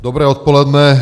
Dobré odpoledne.